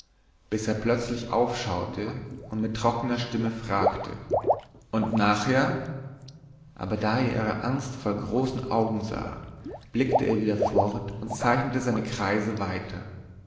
bis er plötzlich aufschaute und mit trockener stimme fragte und nachher aber da er ihre angstvoll großen augen sah blickte er wieder fort und zeichnete seine kreise weiter